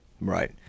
Right